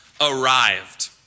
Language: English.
arrived